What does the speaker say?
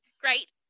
great